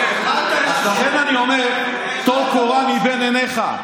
לכן אני אומר, טול קורה מבין עיניך.